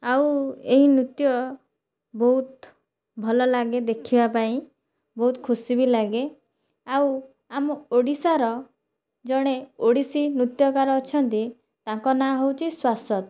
ଆଉ ଏହି ନୃତ୍ୟ ବହୁତ ଭଲଲାଗେ ଦେଖିବାପାଇଁ ବହୁତ ଖୁସି ବି ଲାଗେ ଆଉ ଆମ ଓଡ଼ିଶାର ଜଣେ ଓଡ଼ିଶୀ ନୃତ୍ୟକାର ଅଛନ୍ତି ତାଙ୍କ ନାଁ ହେଉଛି ଶାଶ୍ୱତ